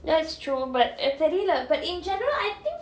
ya it's true but தெரில:terila but in general I think